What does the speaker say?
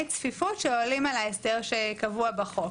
צפיפות שעולים על ההסדר שקבוע בחוק.